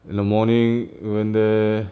in the morning we went there